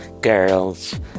girls